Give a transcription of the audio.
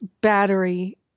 battery